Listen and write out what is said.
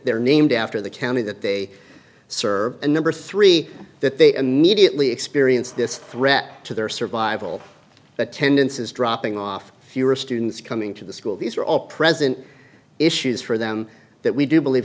they're named after the county that they serve and number three that they immediately experience this threat to their survival that tendency is dropping off fewer students coming to the school these are all present issues for them that we do believe